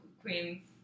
queens